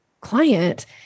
client